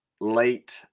late